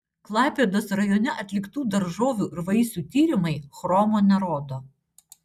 klaipėdos rajone atliktų daržovių ir vaisių tyrimai chromo nerodo